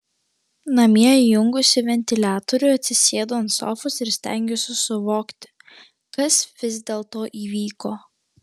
namie įjungusi ventiliatorių atsisėdu ant sofos ir stengiuosi suvokti kas vis dėlto įvyko